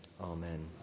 Amen